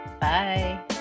Bye